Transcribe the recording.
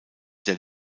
der